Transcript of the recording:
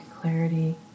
clarity